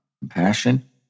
compassion